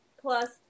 Plus